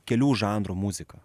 kelių žanrų muziką